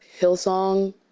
Hillsong